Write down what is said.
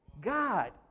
God